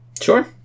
Sure